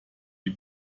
die